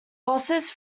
bosses